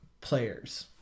players